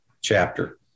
chapter